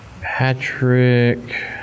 patrick